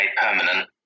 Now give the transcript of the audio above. permanent